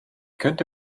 könnte